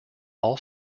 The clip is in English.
all